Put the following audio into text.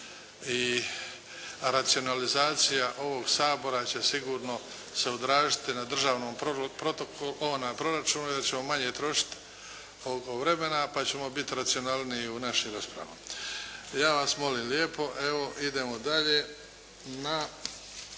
i racionalizacija ovog Sabora će sigurno se odraziti na državnom proračunu jer ćemo manje trošit vremena, pa ćemo bit racionalniji u našim raspravama. Ja vas molim lijepo evo idemo dalje na,